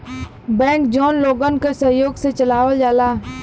bank जौन लोगन क सहयोग से चलावल जाला